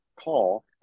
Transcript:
call